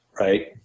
Right